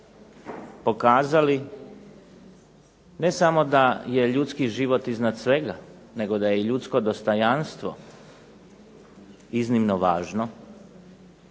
pokazali ne samo da je ljudski život iznad svega, nego da je i ljudsko dostojanstvo iznimno važno